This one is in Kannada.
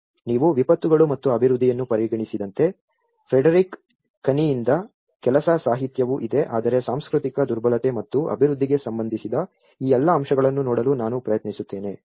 ನೀವು ವಿಪತ್ತುಗಳು ಮತ್ತು ಅಭಿವೃದ್ಧಿಯನ್ನು ಪರಿಗಣಿಸಿದಂತೆ ಫ್ರೆಡೆರಿಕ್ ಕನಿಯಿಂದ ಕೆಲಸ ಸಾಹಿತ್ಯವೂ ಇದೆ ಆದರೆ ಸಂಸ್ಕೃತಿಯ ದುರ್ಬಲತೆ ಮತ್ತು ಅಭಿವೃದ್ಧಿಗೆ ಸಂಬಂಧಿಸಿದ ಈ ಎಲ್ಲಾ ಅಂಶಗಳನ್ನು ನೋಡಲು ನಾನು ಪ್ರಯತ್ನಿಸುತ್ತೇನೆ